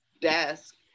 desk